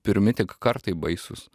pirmi tik kartai baisūs